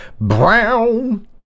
brown